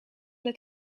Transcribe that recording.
het